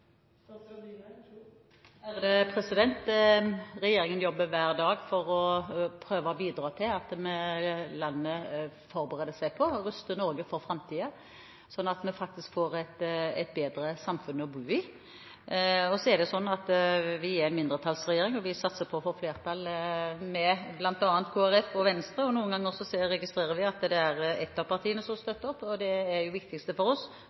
Regjeringen jobber hver dag for å prøve å bidra til at landet forbereder seg på å være rustet for framtiden, sånn at vi faktisk får et bedre samfunn å bo i. Så er det sånn at vi er en mindretallsregjering, og vi satser på å få flertall med bl.a. Kristelig Folkeparti og Venstre. Noen ganger registrerer vi at det er ett av partiene som støtter oss. Det viktigste for oss